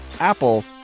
Apple